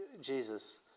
Jesus